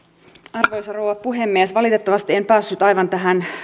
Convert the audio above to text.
arvoisa rouva puhemies valitettavasti en päässyt aivan tähän